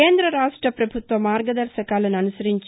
కేంద రాష్ట పభుత్వ మార్గదర్శకాలను అనుసరించి